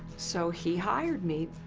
so he hired me.